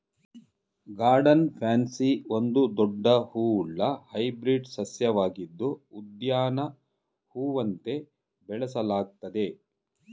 garden pansy ಒಂದು ದೊಡ್ಡ ಹೂವುಳ್ಳ ಹೈಬ್ರಿಡ್ ಸಸ್ಯವಾಗಿದ್ದು ಉದ್ಯಾನ ಹೂವಂತೆ ಬೆಳೆಸಲಾಗ್ತದೆ